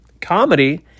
Comedy